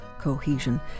cohesion